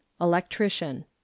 Electrician